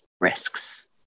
risks